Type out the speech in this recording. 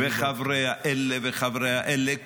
-- וחברי האלה וחברי האלה,